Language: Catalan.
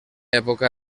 època